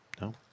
no